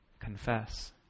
Confess